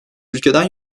ülkeden